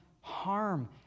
harm